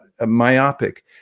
myopic